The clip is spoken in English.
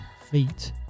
feet